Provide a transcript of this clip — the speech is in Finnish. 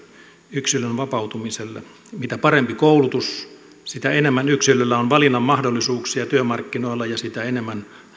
yksilön vapautumiselle mitä parempi koulutus sitä enemmän yksilöllä on valinnan mahdollisuuksia työmarkkinoilla ja sitä enemmän